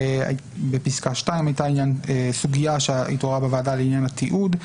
בפסקה (2) הייתה סוגיה שהתעוררה בוועדה לעניין התיעוד.